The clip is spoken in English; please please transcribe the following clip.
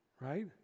right